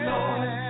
Lord